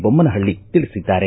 ಬೊಮ್ಮನಹಳ್ಳಿ ತಿಳಿಸಿದ್ದಾರೆ